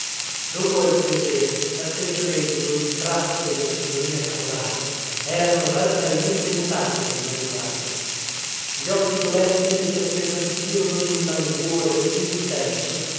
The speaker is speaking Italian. dopo alcune sere latteggiamento il tratto della signorina caporale erano radicalmente mutati a mio riguardo gli occhi dolenti le si appesantirono dun languore così intenso